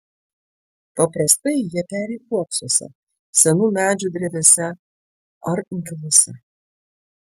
paprastai jie peri uoksuose senų medžių drevėse ar inkiluose